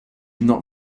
not